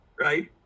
right